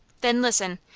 then listen!